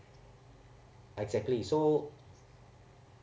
exactly so